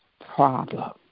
problem